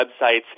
websites